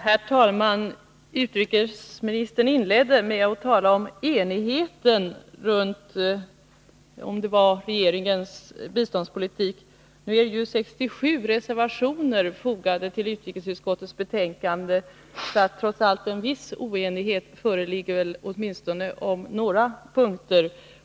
Herr talman! Utrikesministern inledde med att tala om den enighet som skulle råda kring regeringens biståndspolitik. Men 67 reservationer är ändå fogade till utrikesutskottets betänkande, så det föreligger trots allt en viss oenighet, åtminstone på några punkter.